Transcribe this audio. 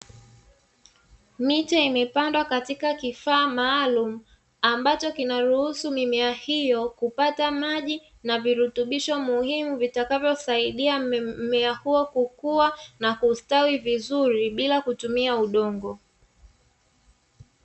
Miche imepandwa katika kifaa maalumu ambacho kinaruhusu mimea hiyo, kupata maji na virutubisho muhimu vitakavyosaidia mmea huo kukua na kustawi vizuri bila kutumia udongo.